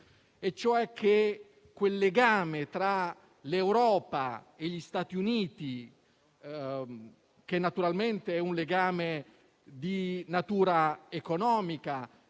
ossia che quel legame tra l'Europa e gli Stati Uniti, che naturalmente è un legame di natura economica